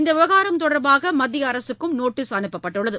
இந்தவிவகாரம் தொடர்பாகமத்தியஅரசுக்கும் நோட்டீஸ் அனுப்பப்பட்டுள்ளது